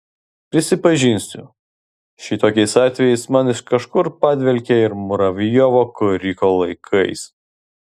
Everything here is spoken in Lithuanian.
prisipažinsiu šitokiais atvejais man iš kažkur padvelkia ir muravjovo koriko laikais